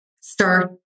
start